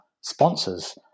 sponsors